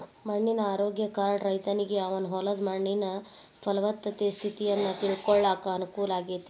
ಮಣ್ಣಿನ ಆರೋಗ್ಯ ಕಾರ್ಡ್ ರೈತನಿಗೆ ಅವನ ಹೊಲದ ಮಣ್ಣಿನ ಪಲವತ್ತತೆ ಸ್ಥಿತಿಯನ್ನ ತಿಳ್ಕೋಳಾಕ ಅನುಕೂಲ ಆಗೇತಿ